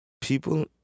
People